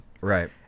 right